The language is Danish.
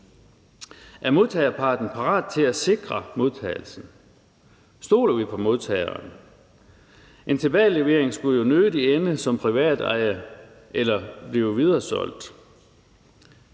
Er modtagerparten parat til at sikre modtagelsen? Stoler vi på modtageren? En tilbagelevering skulle jo nødig ende med, at genstanden bliver privateje eller bliver videresolgt.